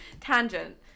Tangent